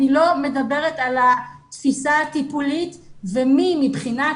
אני לא מדברת על התפיסה הטיפולית ומי מבחינת